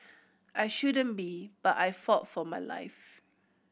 I shouldn't be but I fought for my life